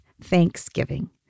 thanksgiving